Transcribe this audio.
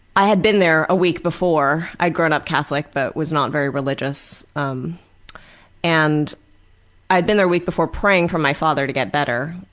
i had been there a week before. i had grown up catholic but was not very religious. um and i had been there a week before praying for my father to get better,